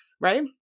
right